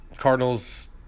Cardinals